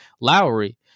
Lowry